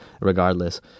regardless